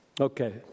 Okay